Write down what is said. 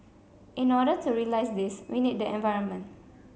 in order to realise this we need the environment